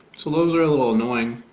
so those are a little annoying